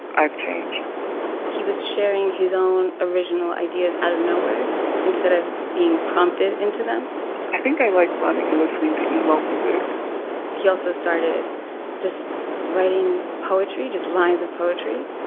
i've changed he was sharing his own original ideas out of nowhere instead of being prompted into them i think i like running and listening to emo music he also started just writing poetry just lines of poetry